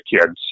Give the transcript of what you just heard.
kids